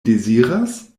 deziras